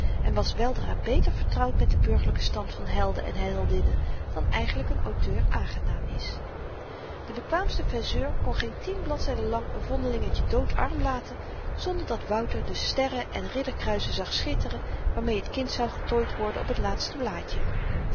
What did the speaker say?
en was weldra beter vertrouwd met den burgerlyken stand van helden en heldinnen dan eigenlyk n auteur aangenaam is de bekwaamste faiseur kon geen tien bladzyden lang n vondelingetje doodarm laten zonder dat wouter de sterren en ridderkruizen zag schitteren waarmee t kind zou getooid worden op t laatste blaadje